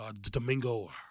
Domingo